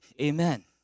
amen